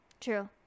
True